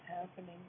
happening